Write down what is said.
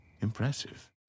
Impressive